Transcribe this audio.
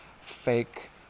fake